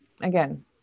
again